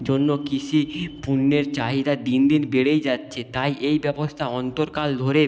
জন্য কৃষি পণ্যের চাহিদা দিন দিন বেড়েই যাচ্ছে তাই এই ব্যবস্থা অনন্তকাল ধরে